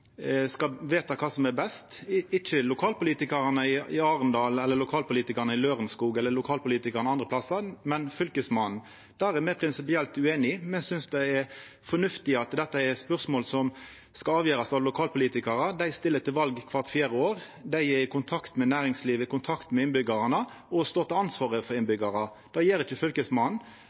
skal vita kva som er best, og ikkje lokalpolitikarane i Arendal, Lørenskog eller andre plassar. Det er me prinsipielt ueinig i. Me synest det er fornuftig at dette er eit spørsmål som skal avgjerast av lokalpolitikarar. Dei stiller til val kvart fjerde år, dei er i kontakt med næringslivet og i kontakt med innbyggjarane og står til ansvar overfor innbyggjarane. Det gjer ikkje